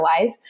life